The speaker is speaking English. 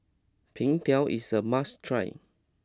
Png Tao is a must try